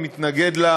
ואני מתנגד לה